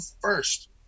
first